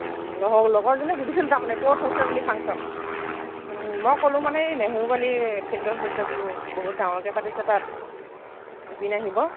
লগৰ লগৰজনীয়ে সুধিছিল তাৰমানে ক'ত হৈছে বুলি ফাংচন মই ক'লো মানে এই নেহেৰুবালি ফিল্ডত হৈছে বোলো বহুত ডাঙৰকে পাতিছে তাত জুবিন আহিব